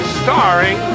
starring